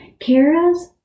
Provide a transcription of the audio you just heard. Kara's